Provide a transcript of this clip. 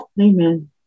Amen